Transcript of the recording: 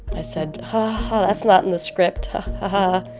i said, ha-ha, that's not in the script, ha-ha.